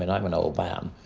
and i'm an old man.